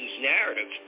narrative